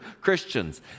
Christians